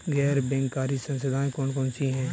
गैर बैंककारी संस्थाएँ कौन कौन सी हैं?